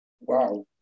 Wow